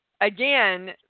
again